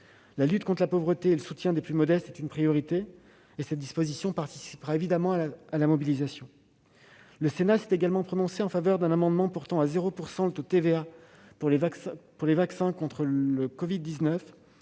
La lutte contre la pauvreté, ainsi que le soutien aux plus modestes, est une priorité et cette disposition participera à cette mobilisation. Le Sénat s'est également prononcé en faveur d'un amendement portant à 0 % le taux de TVA pour les vaccins contre la covid-19.